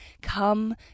come